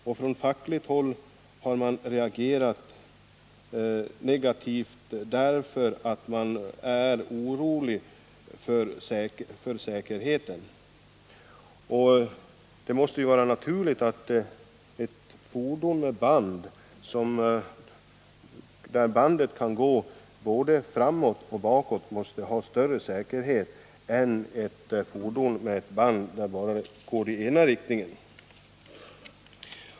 Också från fackligt håll har man reagerat negativt, eftersom man är orolig för säkerheten. Det är klart att ett bandfordon där man har möjlighet att låta bandet gå både framåt och bakåt måste vara säkrare än ett sådant fordon där bandet kan gå bara i den ena riktningen.